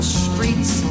streets